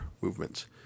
movements